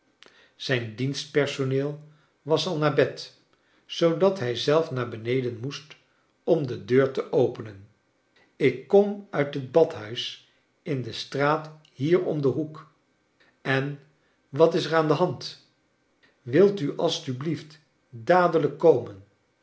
zijn dienstpersoneel was al naar bed zoodat hij zelf naar beneden moest om de deur te openen ik kom uit het badhuis in de straat hier om den hoek en wat is er aan de hand wilt u alstublieft dadelijk komen